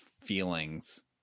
feelings